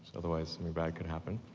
otherwise something bad could happen